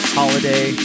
holiday